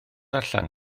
allan